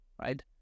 right